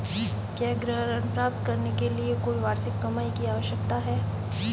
क्या गृह ऋण प्राप्त करने के लिए कोई वार्षिक कमाई की आवश्यकता है?